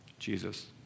Jesus